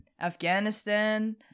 Afghanistan